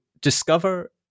discover